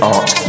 Art